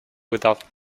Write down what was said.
without